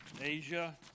Asia